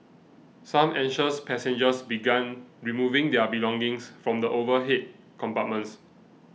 some anxious passengers began removing their belongings from the overhead compartments